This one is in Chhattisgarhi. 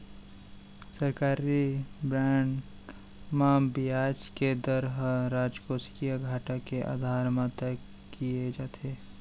सरकारी बांड म बियाज के दर ह राजकोसीय घाटा के आधार म तय किये जाथे